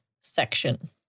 section